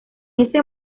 ese